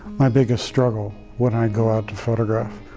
my biggest struggle, when i go out to photograph,